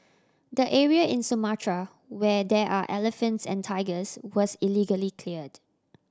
the area in Sumatra where there are elephants and tigers was illegally cleared